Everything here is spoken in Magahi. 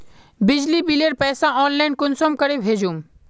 बिजली बिलेर पैसा ऑनलाइन कुंसम करे भेजुम?